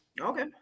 Okay